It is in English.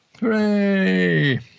Hooray